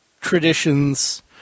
traditions